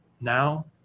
now